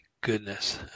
goodness